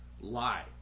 lie